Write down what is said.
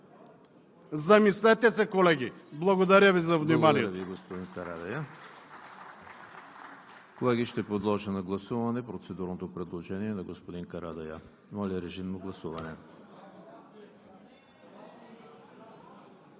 Замислете се, колеги! Благодаря Ви за вниманието.